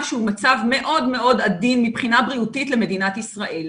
שהוא מצב מאוד מאוד עדין מבחינה בריאותית למדינת ישראל,